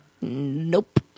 nope